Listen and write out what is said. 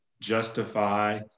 justify